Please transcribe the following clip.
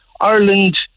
Ireland